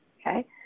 Okay